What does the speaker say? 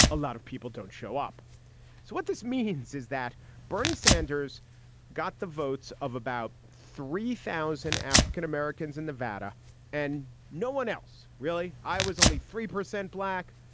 a lot of people don't show up. so what this means is that bernie sanders got the votes of about three thousand african-americans in nevada and no one else really. i was only three percent black.